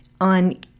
on